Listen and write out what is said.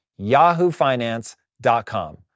yahoofinance.com